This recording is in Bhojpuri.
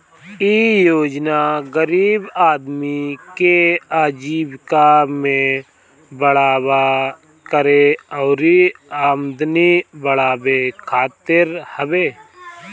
इ योजना गरीब आदमी के आजीविका में बढ़ावा करे अउरी आमदनी बढ़ावे खातिर हवे